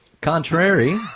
Contrary